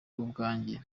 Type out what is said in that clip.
ubwanjye